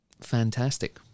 fantastic